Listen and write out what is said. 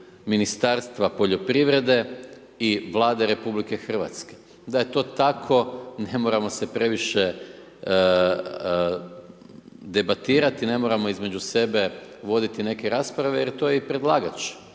ministarstva poljoprivrede i Vlade RH. Da je to tako ne moramo se previše debatirati, ne moramo između sebe voditi neke rasprave, jer to je predlagač